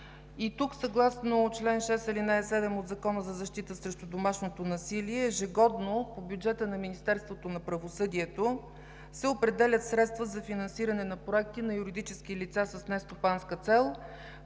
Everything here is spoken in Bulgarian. Тук съгласно чл. 6, ал. 7 от Закона за защита срещу домашното насилие ежегодно по бюджета на Министерството на правосъдието се определят средства за финансиране на проекти на юридически лица с нестопанска цел,